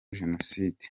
jenoside